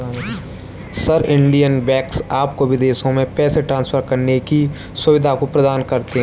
sir, Indian banks आपको विदेशों में पैसे ट्रान्सफर करने की सुविधा प्रदान करते हैं